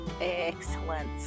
Excellent